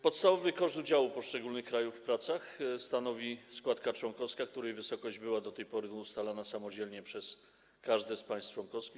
Podstawowy koszt udziału poszczególnych krajów w pracach stanowi składka członkowska, której wysokość była do tej pory ustalana samodzielnie przez każde z państw członkowskich.